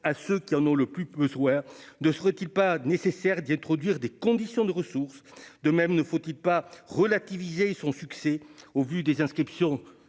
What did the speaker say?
à ceux qui en ont le plus, peut se voir, de se retirent pas nécessaire d'y introduire des conditions de ressources, de même, ne faut-il pas relativiser son succès au vu des inscriptions